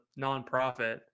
nonprofit